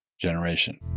generation